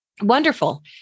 Wonderful